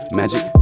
magic